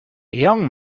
young